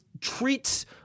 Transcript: treats